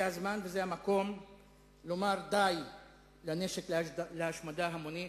זה הזמן וזה המקום לומר די לנשק להשמדה המונית,